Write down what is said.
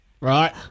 Right